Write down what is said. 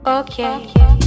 Okay